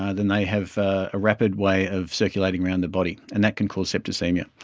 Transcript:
ah then they have a rapid way of circulating around the body and that can cause septicaemia.